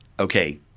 okay